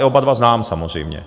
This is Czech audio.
Oba dva znám samozřejmě.